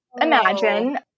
imagine